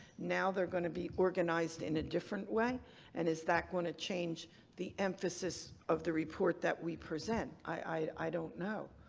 now they're going to be organized in a different way and is that going to change the emphasis of the report that we present? i don't know.